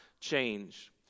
change